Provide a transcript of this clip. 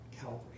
Calvary